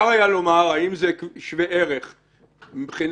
בשביל זה צריך לשמוע את הנציגות של משרד המשפטים.